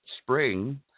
spring